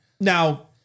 Now